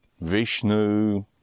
Vishnu